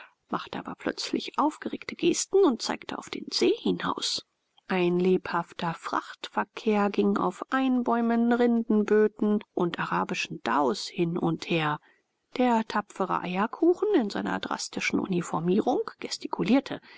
machte aber plötzlich aufgeregte gesten und zeigte auf den see hinaus ein lebhafter frachtverkehr ging auf einbäumen rindenböten und arabischen dhaus hin und her der tapfere eierkuchen in seiner drastischen uniformierung gestikulierte